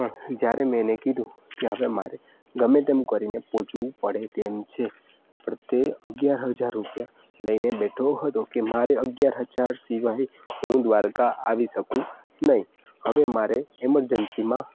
પણ જ્યારે મેં એને કીધું કે હવે મારે ગમે તેમ કરીને પહોંચવું પડે તેમ છે પણ તે અગિયાર હજાર રૂપિયા લઈને બેઠો હતો કે મારે અગિયાર હજાર સિવાય હું દ્વારકા આવી શકું નહીં હવે મારે ઇમરજન્સીમાં